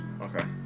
okay